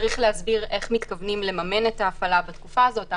צריך להסביר איך מתכוונים לממן את ההפעלה בתקופה הזאת.